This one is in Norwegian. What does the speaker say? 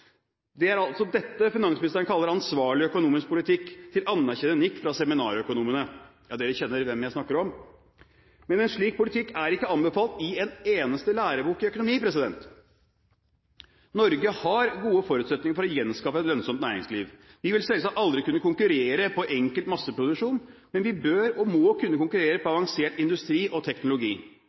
Det er altså dette finansministeren kaller ansvarlig økonomisk politikk – til anerkjennende nikk fra seminarøkonomene. Ja, man vet vel hvem jeg snakker om? Men en slik politikk er ikke anbefalt i en eneste lærebok i økonomi. Norge har gode forutsetninger for å gjenskape et lønnsomt næringsliv. Vi vil selvsagt aldri kunne konkurrere på enkel masseproduksjon, men vi bør og må kunne konkurrere på avansert industri og teknologi.